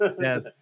Yes